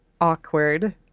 awkward